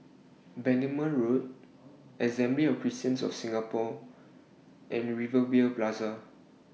Bendemeer Road Assembly of Christians of Singapore and Rivervale Plaza